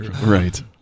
right